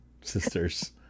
sisters